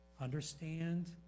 understand